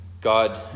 God